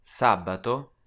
Sabato